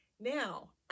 Now